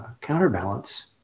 counterbalance